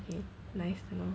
K nice to know